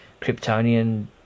kryptonian